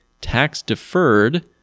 tax-deferred